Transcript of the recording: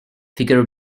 figure